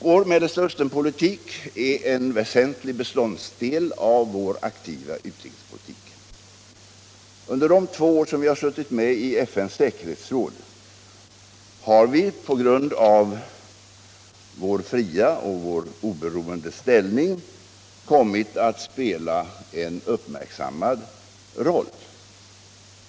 Vår Mellanösternpolitik är en väsentlig beståndsdel av vår aktiva utrikespolitik. Under de två år som vi har suttit med i FN:s säkerhetsråd har vi på grund av vår fria och oberoende ställning kommit att spela en uppmärksammad roll.